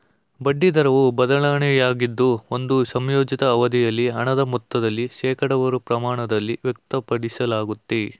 ಬಡ್ಡಿ ದರವು ಬದಲಾವಣೆಯಾಗಿದ್ದು ಒಂದು ಸಂಯೋಜಿತ ಅವಧಿಯಲ್ಲಿ ಹಣದ ಮೊತ್ತದಲ್ಲಿ ಶೇಕಡವಾರು ಪ್ರಮಾಣದಲ್ಲಿ ವ್ಯಕ್ತಪಡಿಸಲಾಗುತ್ತೆ